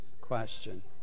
question